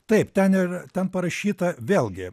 taip ten yr ten parašyta vėlgi